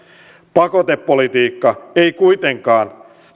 pakotepolitiikalla ei kuitenkaan